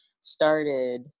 started